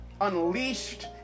unleashed